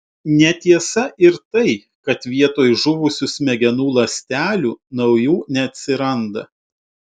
netiesa ir tai kad vietoj žuvusių smegenų ląstelių naujų neatsiranda